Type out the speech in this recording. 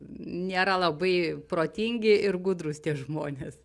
nėra labai protingi ir gudrūs tie žmonės